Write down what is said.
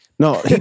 No